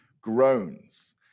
groans